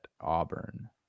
Auburn